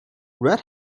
red